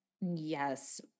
Yes